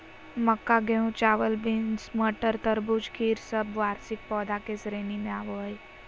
मक्का, गेहूं, चावल, बींस, मटर, तरबूज, खीर सब वार्षिक पौधा के श्रेणी मे आवो हय